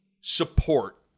support